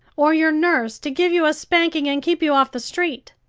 or your nurse, to give you a spanking and keep you off the street?